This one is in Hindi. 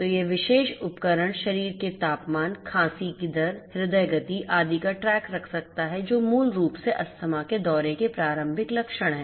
तो यह विशेष उपकरण शरीर के तापमान खांसी की दर हृदय गति आदि का ट्रैक रख सकता है जो मूल रूप से अस्थमा के दौरे के प्रारंभिक लक्षण हैं